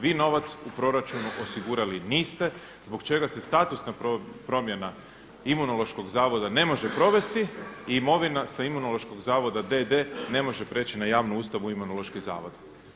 Vi novac u proračunu novac osigurali niste zbog čega se statusna promjena Imunološkog zavoda ne može provesti i imovina sa Imunološkog zavoda d.d. ne može preći na javnu ustanovu u Imunološki zavod.